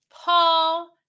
Paul